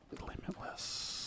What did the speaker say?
Limitless